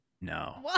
No